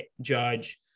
Judge